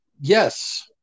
Yes